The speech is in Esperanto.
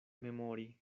memori